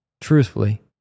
truthfully